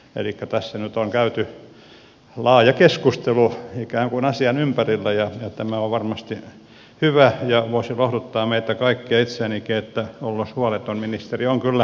elikkä tässä nyt on käyty laaja keskustelu ikään kuin asian ympärillä ja tämä on varmasti hyvä ja voisi lohduttaa meitä kaikkia ja itseänikin että ollos huoleton ministeri on kyllä valveilla